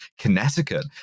Connecticut